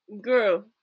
Girl